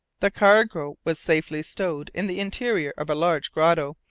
the cargo was safely stowed in the interior of a large grotto,